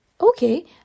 okay